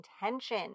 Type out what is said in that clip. intention